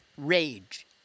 rage